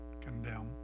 condemn